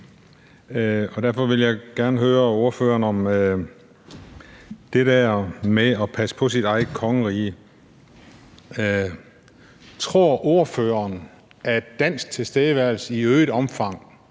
Derfor vil jeg gerne høre ordføreren om det der med at passe på sit eget kongerige. Tror ordføreren, at en dansk tilstedeværelse i øget omfang